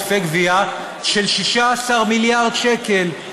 עודפי גבייה של 16 מיליארד שקל,